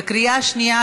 בקריאה השנייה,